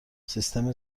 سیستم